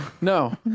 No